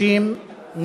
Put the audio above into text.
לשנים 2013 ו-2014) (תיקון),